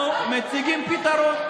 מציגים פתרון.